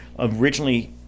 Originally